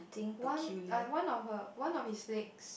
one like one of her one of his legs